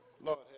Lord